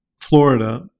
Florida